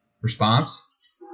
response